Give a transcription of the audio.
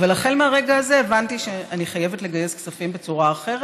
אבל החל מהרגע הזה הבנתי שאני חייבת לגייס כספים בצורה אחרת.